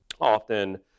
often